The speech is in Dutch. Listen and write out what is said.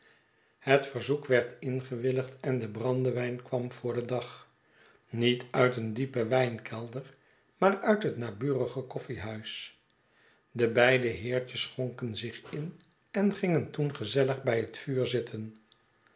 het verzoek werd ingewilligd en de brandewijn kwam voor den dag niet uit een diepen wijnkelder maar uit het naburige koffiehuis de beide heertjes schonken zich in en gingen toen gezellig bij het vuur zitten